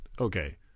okay